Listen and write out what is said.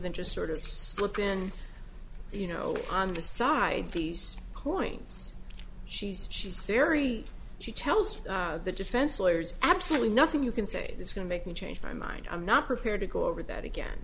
than just sort of slip in you know on the side these coins she's she's very she tells the defense lawyers absolutely nothing you can say that's going to make me change my mind i'm not prepared to go over that again